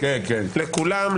לכולם,